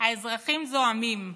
האזרחים זועמים.